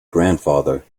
grandfather